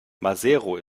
maseru